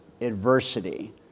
adversity